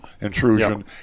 intrusion